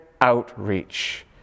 outreach